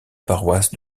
paroisse